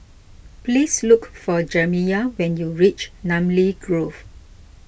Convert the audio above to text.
please look for Jamiya when you reach Namly Grove